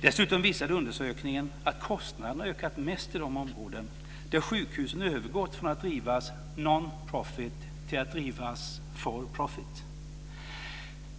Dessutom visade undersökningen att kostnaderna ökat mest i de områden där sjukhusen övergått från att drivas non profit till att drivas for profit.